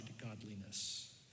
godliness